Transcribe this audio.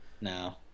No